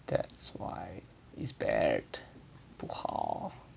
that's why it's bad 不好